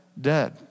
dead